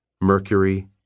Mercury